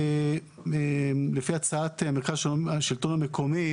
לפי הצעת מרכז השלטון המקומי,